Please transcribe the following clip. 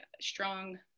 strong